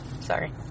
Sorry